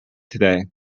today